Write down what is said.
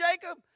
Jacob